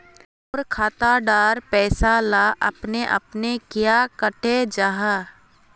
मोर खाता डार पैसा ला अपने अपने क्याँ कते जहा?